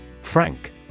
Frank